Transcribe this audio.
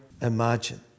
imagine